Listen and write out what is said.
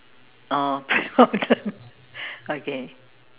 oh prayer mountain okay